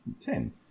Ten